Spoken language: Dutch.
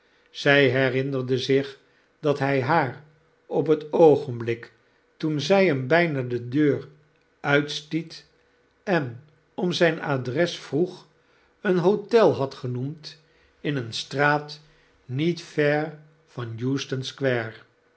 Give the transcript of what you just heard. zy herinnerde zich dat hy haar op het oogenblik toen zij hem bijna de deur uitstiet en om zijn adresvroeg een hotel had genoemd in eene straat niet ver van